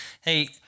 Hey